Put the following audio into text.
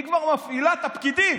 היא כבר מפעילה את הפקידים.